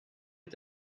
est